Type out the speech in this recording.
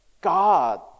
God